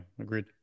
Agreed